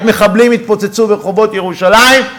עת מחבלים התפוצצו ברחובות ירושלים.